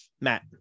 Matt